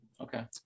Okay